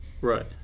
Right